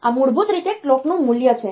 આ મૂળભૂત રીતે કલોકનું મૂલ્ય છે